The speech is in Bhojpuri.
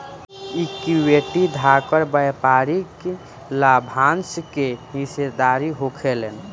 इक्विटी धारक व्यापारिक लाभांश के हिस्सेदार होखेलेन